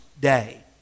day